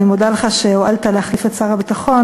אני מודה לך על שהואלת להחליף את שר הביטחון,